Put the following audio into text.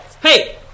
Hey